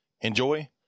enjoy